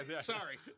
sorry